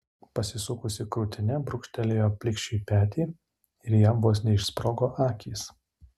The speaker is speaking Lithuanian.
pasisukusi krūtine brūkštelėjo plikšiui petį ir jam vos neišsprogo akys